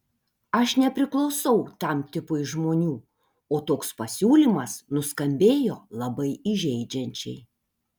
aš nepriklausau tam tipui žmonių o toks pasiūlymas nuskambėjo labai įžeidžiančiai